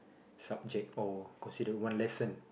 subject or considered one lesson